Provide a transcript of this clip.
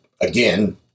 again